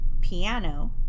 piano